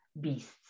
beasts